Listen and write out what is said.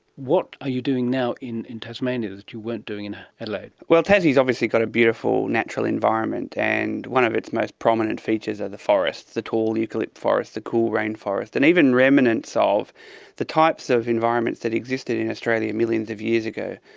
what are you doing now in in tasmania that you weren't doing in ah adelaide? well, tassie has obviously got a beautiful natural environment, and one of its most prominent features are the forests, the tall eucalypt forests, the cool rainforest, and even remnants ah of the types of environments that existed in australia millions of years ago.